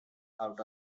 out